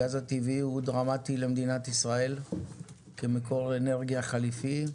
הגז הטבעי הוא דרמטי למדינת ישראל כמקור אנרגיה חליפי,